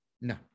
no